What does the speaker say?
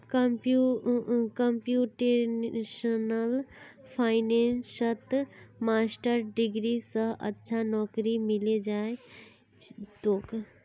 computational फाइनेंसत master degree स अच्छा नौकरी मिले जइ तोक